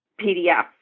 PDF